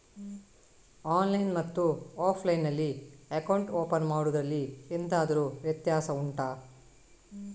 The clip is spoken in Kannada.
ಆನ್ಲೈನ್ ಮತ್ತು ಆಫ್ಲೈನ್ ನಲ್ಲಿ ಅಕೌಂಟ್ ಓಪನ್ ಮಾಡುವುದರಲ್ಲಿ ಎಂತಾದರು ವ್ಯತ್ಯಾಸ ಉಂಟಾ